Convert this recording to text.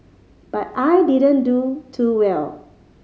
but I didn't do too well